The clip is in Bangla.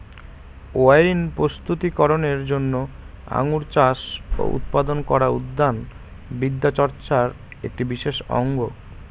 ওয়াইন প্রস্তুতি করনের জন্য আঙুর চাষ ও উৎপাদন করা উদ্যান বিদ্যাচর্চার একটি বিশেষ অঙ্গ